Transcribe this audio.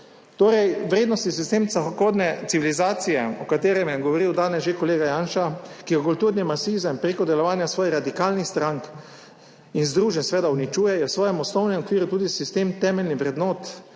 Torej vrednostni sistem zahodne civilizacije, o katerem je govoril danes že kolega Janša, ki ga kulturni marksizem preko delovanja svojih radikalnih strank in združenj seveda uničuje, je v svojem osnovnem okviru tudi sistem temeljnih vrednot